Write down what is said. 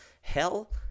hell